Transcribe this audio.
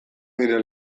nire